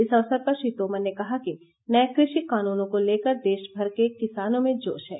इस अवसर पर श्री तोमर ने कहा कि नए कृषि कानूनों को लेकर देशभर के किसानों में जोश है